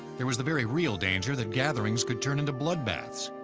there was the very real danger that gatherings could turn into bloodbaths.